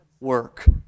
work